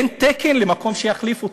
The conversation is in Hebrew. אין תקן להחליף אותו.